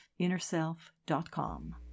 InnerSelf.com